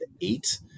eight